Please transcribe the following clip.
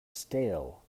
stale